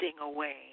away